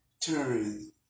turn